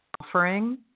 offering